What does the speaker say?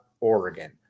Oregon